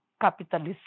capitalist